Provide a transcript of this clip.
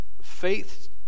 Faith